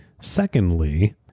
secondly